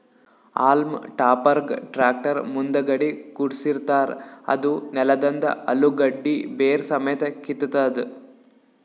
haulm ಟಾಪರ್ಗ್ tractor ಮುಂದಗಡಿ ಕುಡ್ಸಿರತಾರ್ ಅದೂ ನೆಲದಂದ್ ಅಲುಗಡ್ಡಿ ಬೇರ್ ಸಮೇತ್ ಕಿತ್ತತದ್